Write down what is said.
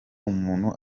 umuntu